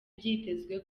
byitezwe